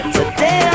Today